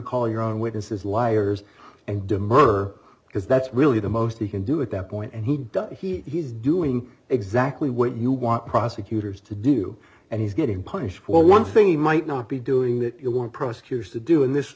call your own witnesses liars and demur because that's really the most he can do at that point and he does he's doing exactly what you want prosecutors to do and he's getting punished for one thing he might not be doing that you want prosecutors to do and this